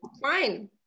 fine